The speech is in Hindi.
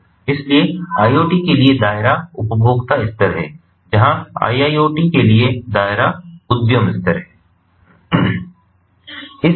इसलिए IoT के लिए दायरा उपभोक्ता स्तर है जहां IIoT के लिए दायरा उद्यम स्तर है